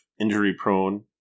injury-prone